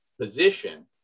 position